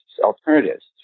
alternatives